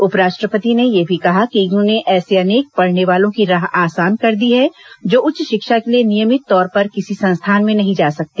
उपराष्ट्रपति ने यह भी कहा कि इग्नू ने ऐसे अनेक पढ़ने वालों की राह आसान कर दी है जो उच्च शिक्षा के लिए नियमित तौर पर किसी संस्थान में नहीं जा सकते